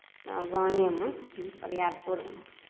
गाँवे मऽ बरियारपुर